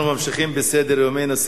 אנחנו ממשיכים בסדר-יומנו.